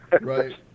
Right